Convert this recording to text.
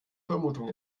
vermutung